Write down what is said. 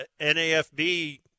NAFB